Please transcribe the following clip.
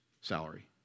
salary